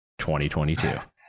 2022